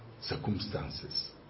circumstances